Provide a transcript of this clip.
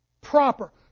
proper